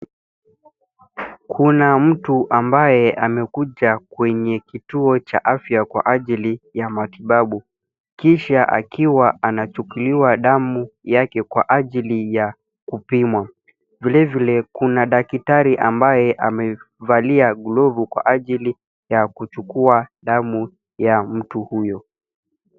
Kuna mtu ambaye amekuja kwenye kituo cha afya kwa ajili ya matibabu, kisha akiwa anachukuliwa damu yake kwa ajili ya kupimwa. Vili vile, kuna daktari ambaye amevalia glavu, kwa ajili ya kuchukua damu ya mtu huyo.